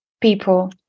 people